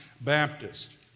Baptist